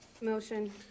Motion